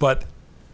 but